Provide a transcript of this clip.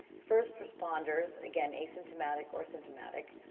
first responders, again asymptomatic or symptomatic.